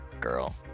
Girl